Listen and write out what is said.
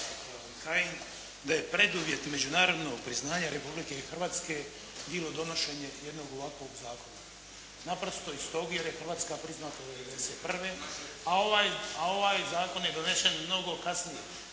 da je preduvjet međunarodnog priznanja Republike Hrvatske bilo donošenje jednog ovakvog zakona. Naprosto iz tog jer je Hrvatska priznata u Europi '91. a ovaj zakon je donesen mnogo kasnije.